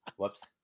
Whoops